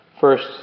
First